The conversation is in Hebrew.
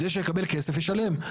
זה שיקבל כסף ישלם.